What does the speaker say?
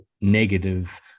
negative